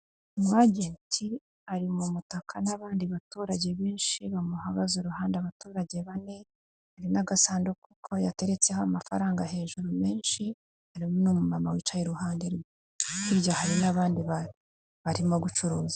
Umwajenti ari mu mutaka n'abandi baturage benshi bamuhagaze uruhande; abaturage bane imbere n'agasanduku kuko yateretseho amafaranga hejuru menshi ari umwe mama wicaye iruhande, hirya hari n'abandi barimo gucuruza.